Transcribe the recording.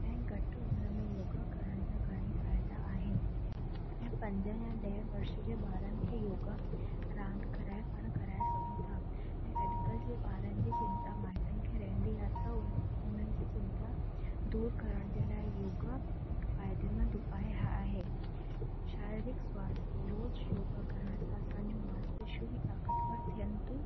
ऐं घटि उमिरि में योगा करण जा घणे ई फ़ाइदा आहिनि ऐं पंज या ॾह वर्ष जे ॿारनि खे योगा रांदि कराए पाण कराए सघूं ऐं अॼु कल्ह जे ॿारनि जी चिंता माइटनि खे रहंदी आहे त उन उन्हनि जी चिंता दूरि करण जे लाइ योगा हिकु फ़ाइदेमंद उपाय आहे शारीरिक स्वास्थ्य रोज़ु योगा करण सां असांजो मासपेशियूं बि ताक़तवर थियनि थियूं